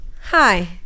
Hi